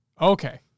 Okay